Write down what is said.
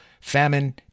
famine